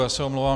Já se omlouvám.